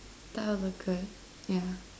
that would be good yeah